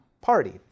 party